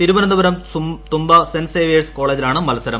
Thiruvananthapuram Thumba saint Xavier's ഗ്രൌണ്ടിലാണ് മത്സരം